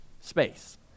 space